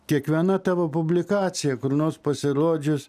kiekviena tavo publikacija kur nors pasirodžius